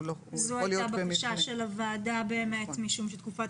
זו הייתה בקשה של הוועדה משום שתקופת